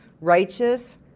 righteous